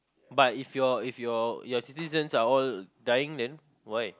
but if your if your citizens are all dying then why